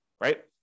right